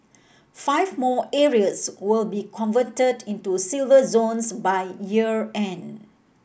five more areas will be converted into Silver Zones by year end